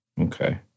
okay